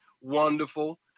wonderful